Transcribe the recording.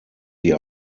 die